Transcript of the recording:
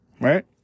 right